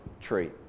tree